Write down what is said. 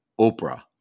Oprah